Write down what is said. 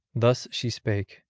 thus she spake,